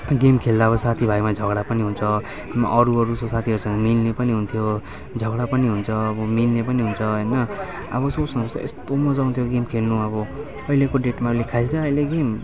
game खेल्दा अब साथीभाइमा झगडा पनि हुन्छ अरू अरू साथीहरूसँग मिल्ने पनि हुन्थ्यो झगडा पनि हुन्छ अब मिल्ने पनि हुन्छ होइन अब सोच्नुहोस् त यस्तो मज्जा आउँथ्यो गेम खेल्नु अब अहिलेको डेटमा अहिले खेल्छ अहिले गेम